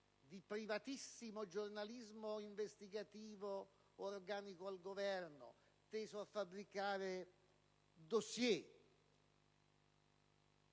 di privatissimo giornalismo investigativo organico al Governo teso a fabbricare dossier.